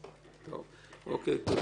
תודה.